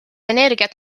energiat